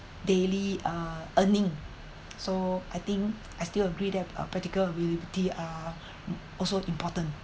daily uh earning so I think I still agree that practical ability are also important